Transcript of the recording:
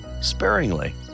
sparingly